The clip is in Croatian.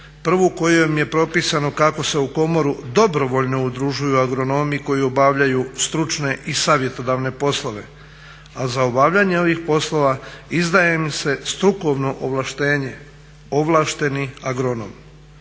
Prvo kojom je propisano kako se u komoru dobrovoljno udružuju agronomi koji obavljaju stručne i savjetodavne poslove. A za obavljanje ovih poslova izdaje im se strukovno ovlaštenje, ovlašteni agronom.